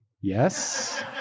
yes